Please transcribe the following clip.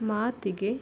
ಮಾತಿಗೆ